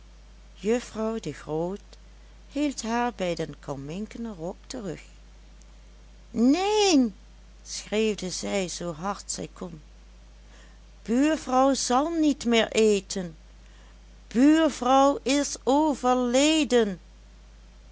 juffrouw de groot hield haar bij den kalminken rok terug neen schreeuwde zij zoo hard zij kon buurvrouw zal niet meer eten buurvrouw is overleden